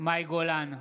מאי גולן,